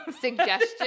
suggestion